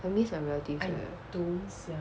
I miss my relatives eh